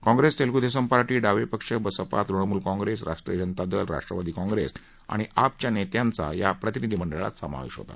Congress Telugu Desam party डावे पक्ष बसपा तृणमूल काँग्रेस राष्ट्रीय जनता दल राष्ट्रवादी काँग्रेस आणि आपच्या नेत्यांचा या प्रतिनिधीमंडळात समावेश होता